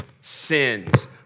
sins